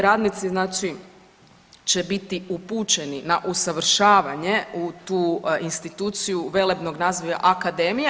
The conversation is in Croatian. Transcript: Radnici znači će biti upućeni na usavršavanje u tu instituciju velebnog naziva akademija.